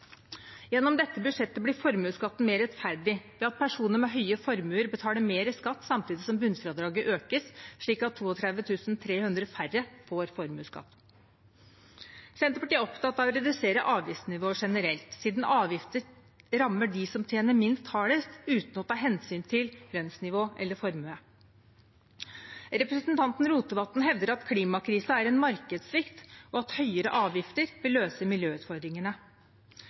Gjennom dette budsjettet blir formuesskatten mer rettferdig ved at personer med høye formuer betaler mer skatt, samtidig som bunnfradraget økes, slik at 32 300 færre får formuesskatt. Senterpartiet er opptatt av å redusere avgiftsnivået generelt, siden avgifter rammer dem som tjener minst, hardest uten å ta hensyn til lønnsnivå eller formue. Representanten Rotevatn hevder at klimakrisen er en markedssvikt, og at høyere avgifter vil løse miljøutfordringene.